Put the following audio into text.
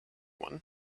one